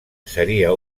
seria